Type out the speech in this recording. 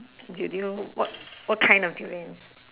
do do you know what what kind of durian